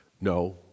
No